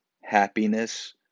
happiness